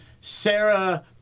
Sarah